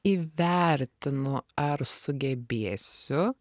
įvertinu ar sugebėsiu